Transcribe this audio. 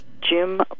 Jim